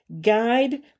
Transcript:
guide